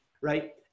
right